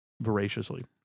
voraciously